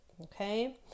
Okay